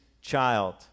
child